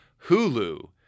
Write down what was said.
Hulu